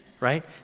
right